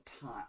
time